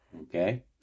Okay